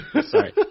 Sorry